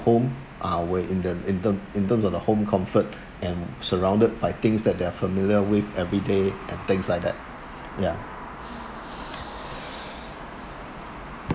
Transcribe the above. home uh where in the in term in terms of the home comfort and surrounded by things that they're familiar with every day and things like that ya